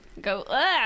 Go